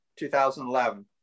2011